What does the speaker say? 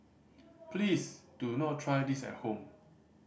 please do not try this at home